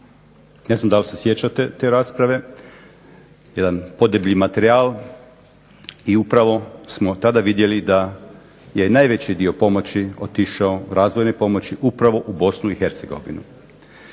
Ne znam da li se sjećate te rasprave, jedan podeblji materijal i upravo smo tada vidjeli da je najveći dio pomoći otišao, razvojne pomoći upravo u Bosnu i Hercegovinu.